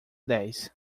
dez